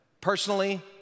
Personally